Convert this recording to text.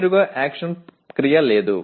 నేరుగా యాక్షన్ క్రియ లేదు